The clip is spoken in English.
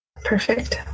Perfect